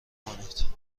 کنید